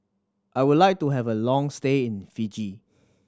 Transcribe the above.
I would like to have a long stay in Fiji